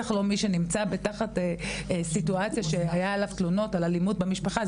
בטח לא מי שנמצא תחת סיטואציה שהיו עליו תלונות על אלימות במשפחה,